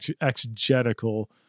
exegetical